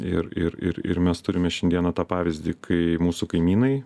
ir ir ir ir mes turime šiandieną tą pavyzdį kai mūsų kaimynai